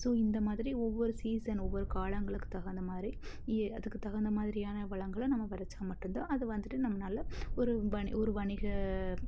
so இந்த மாதிரி ஒவ்வொரு சீசன் ஒவ்வொரு காலங்களுக்கு தகுந்த மாதிரி ஏ அதுக்கு தகுந்த மாதிரியான வளங்களை நம்ம விளச்சா மட்டுந்தான் அது வந்துட்டு நம்மனால் ஒரு வணி ஒரு வணிக